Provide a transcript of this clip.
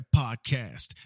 podcast